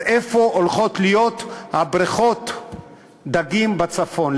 אז איפה הולכות להיות בריכות הדגים בצפון?